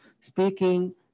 speaking